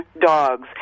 dogs